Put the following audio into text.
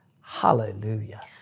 Hallelujah